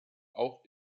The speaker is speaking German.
auch